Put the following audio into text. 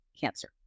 cancer